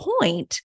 point